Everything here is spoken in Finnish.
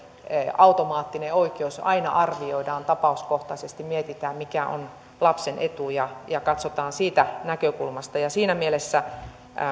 automaattinen oikeus aina arvioidaan tapauskohtaisesti mietitään mikä on lapsen etu ja ja katsotaan siitä näkökulmasta siinä mielessä